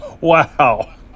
Wow